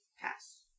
pass